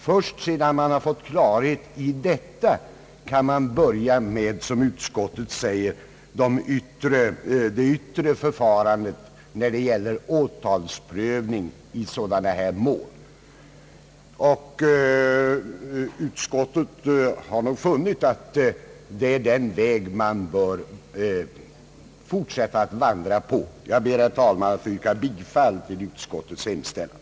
Först därefter kan man börja med det yttre förfarandet när det gäller åtalsprövning i sådana här mål. Jag ber, herr talman, att få yrka bifall till utskottets hemställan.